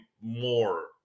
more